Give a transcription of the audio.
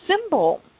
symbol